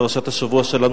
פרשת השבוע שלנו,